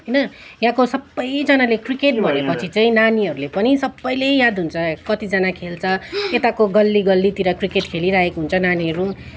होइन यहाँको सबैजनाले क्रिकेट भनेपछि चाहिँ नानीहरूले पनि सबैले याद हुन्छ कतिजना खेल्छ यताको गल्लीगल्लीतिर क्रिकेट खेलिरहेको हुन्छ नानीहरू